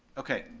okay.